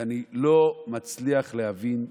ואני לא מצליח להבין,